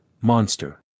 Monster